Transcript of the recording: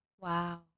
wow